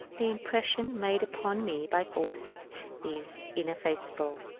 the impression made upon me by fawcett is ineffaceable.